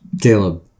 Caleb